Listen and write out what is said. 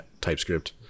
TypeScript